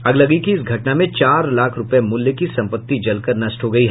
अगलगी की इस घटना में चार लाख रूपये मूल्य की सम्पत्ति जलकर नष्ट हो गयी